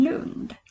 Lund